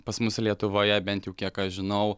pas mus lietuvoje bent jau kiek aš žinau